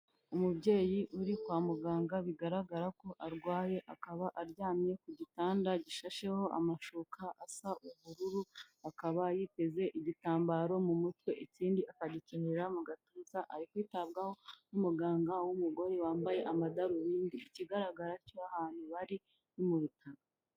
Umubyeyi uri kwa muganga bigaragara ko arwaye, akaba aryamye ku gitanda gishasheho amashuka asa ubururu, akaba yiteze igitambaro mu mutwe, ikindi akagikenyera mu gatuza, ari kwitabwaho n'umuganga w'umugore wambaye amadarubindi, ikigaragara cyo ahantu bari ni mu bitaro.